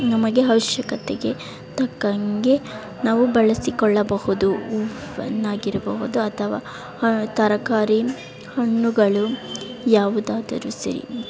ನಮಗೆ ಅವಶ್ಯಕತೆಗೆ ತಕ್ಕಂತೆ ನಾವು ಬಳಸಿಕೊಳ್ಳಬಹುದು ಹೂವನ್ನಾಗಿರಬಹುದು ಅಥವಾ ತರಕಾರಿ ಹಣ್ಣುಗಳು ಯಾವುದಾದರು ಸರಿ